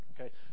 okay